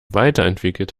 weiterentwickelt